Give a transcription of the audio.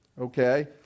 okay